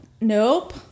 nope